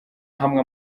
hamwe